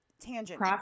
tangent